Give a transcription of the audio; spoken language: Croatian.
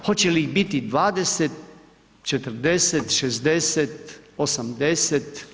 Hoće li ih biti 20, 40, 60, 80.